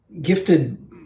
gifted